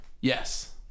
Yes